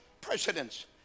presidents